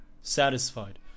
satisfied